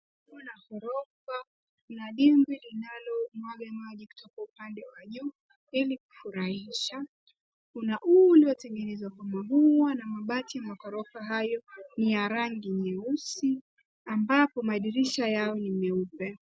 Kuna ghorofa, kuna dimbwi linalomwaga maji kutoka upande wa juu ili kufurahisha , kuna huu uliotengenezwa kwa maua na mabati ya maghorofa hayo ni ya rangi nyeusi ambapo madirisha yao ni meupe.